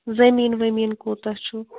زٔمیٖن ومیٖن کوٗتاہ چھُ